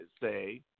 say